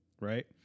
right